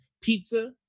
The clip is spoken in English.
pizza